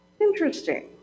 Interesting